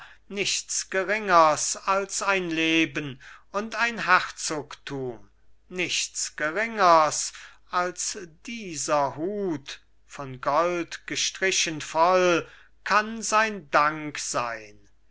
nichts geringers als ein leben und ein herzogtum nichts geringers als dieser hut von gold gestrichen voll kann sein dank sein